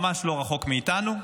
ממש לא רחוק מאיתנו,